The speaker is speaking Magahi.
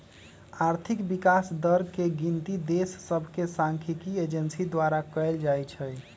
आर्थिक विकास दर के गिनति देश सभके सांख्यिकी एजेंसी द्वारा कएल जाइ छइ